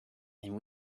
and